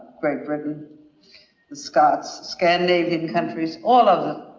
great britain, the scots scandinavian countries all of them.